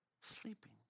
Sleeping